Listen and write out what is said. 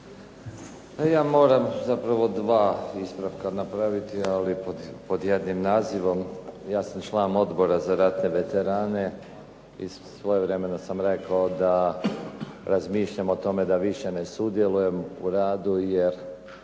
Ja moram zapravo dva ispravka napraviti ali pod jednim nazivom, ja sam član Odbora za ratne veterane i svojevremeno sam rekao da razmišljam o tome da više ne sudjelujem u radu jer